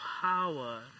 power